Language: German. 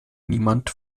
niemand